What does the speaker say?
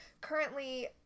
Currently